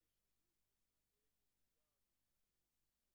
כדי לקבל את דמי המחלה של האישה שנשארה עם הילד,